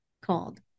called